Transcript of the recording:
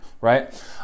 right